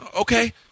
okay